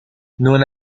non